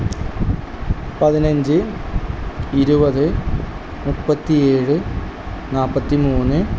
പതിനഞ്ച് ഇരുപത് മുപ്പത്തി ഏഴ് നാല്പത്തി മൂന്ന്